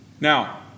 Now